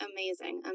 Amazing